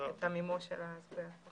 המימוש של הבחירות.